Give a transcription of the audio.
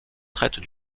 traitent